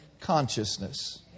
consciousness